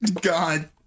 God